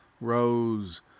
rose